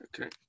okay